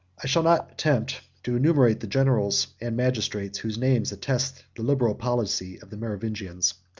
i shall not attempt to enumerate the generals and magistrates, whose names attest the liberal policy of the merovingians.